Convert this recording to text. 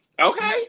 Okay